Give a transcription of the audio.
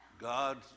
God